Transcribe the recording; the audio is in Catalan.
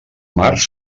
marcs